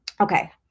Okay